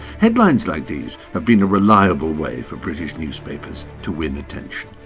headlines like these have been a reliable way for british newspapers to win attention.